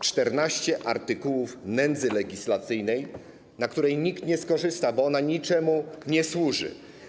14 artykułów nędzy legislacyjnej, na której nikt nie skorzysta, bo ona niczemu nie służy.